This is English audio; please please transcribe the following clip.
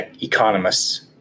economists